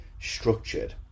structured